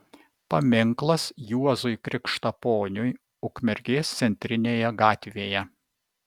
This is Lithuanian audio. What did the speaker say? paminklas juozui krikštaponiui ukmergės centrinėje gatvėje